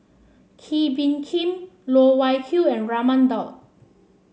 Kee Bee Khim Loh Wai Kiew and Raman Daud